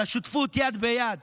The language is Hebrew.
על השותפות יד ביד,